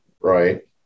Right